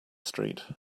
street